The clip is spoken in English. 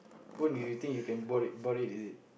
what do you think you can bought it bought it is it